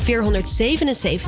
477